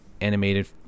animated